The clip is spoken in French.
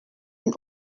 une